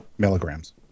milligrams